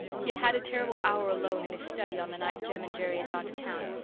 he had had a terrible hour alone in his study on the night jem and jerry had gone to town.